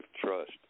trust